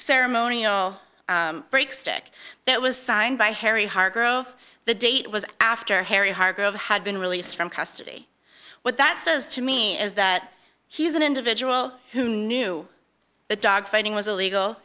ceremonial break stick that was signed by harry hargrove the date was after harry hargrove had been released from custody what that says to me is that he's an individual who knew the dogfighting was illegal